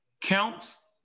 Counts